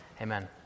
Amen